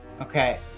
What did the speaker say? Okay